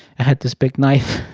i had this big knife